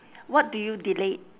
what do you delete